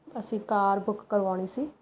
ਅਸੀਂ car book ਕਰਵਾਉਣੀ ਸੀ